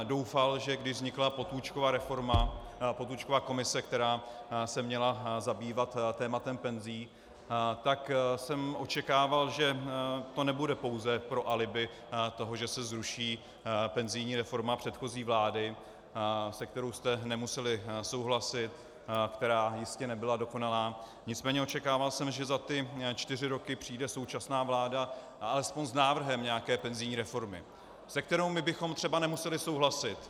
Doufal jsem, že když vznikla Potůčkova reforma, Potůčkova komise, která se měla zabývat tématem penzí, očekával jsem, že to nebude pouze pro alibi toho, že se zruší penzijní reforma předchozí vlády, se kterou jste nemuseli souhlasit, která jistě nebyla dokonalá, nicméně očekával jsem, že za ty čtyři roky přijde současná vláda alespoň s návrhem nějaké penzijní reformy, se kterou bychom třeba nemuseli souhlasit.